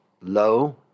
low